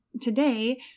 today